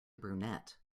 brunette